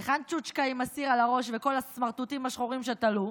היכן שושקה עם הסיר על הראש וכל הסמרטוטים השחורים שתלו?